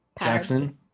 Jackson